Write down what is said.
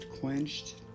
quenched